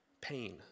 pain